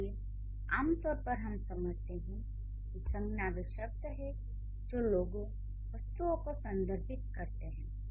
इसलिए आमतौर पर हम समझते हैं कि संज्ञा वे शब्द हैं जो लोगों वस्तुओं को संदर्भित करते हैं